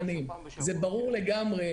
זה ברור לגמרי,